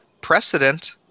precedent